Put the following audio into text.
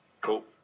Cool